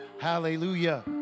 hallelujah